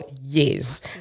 years